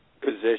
position